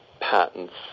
patents